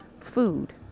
food